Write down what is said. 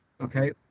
Okay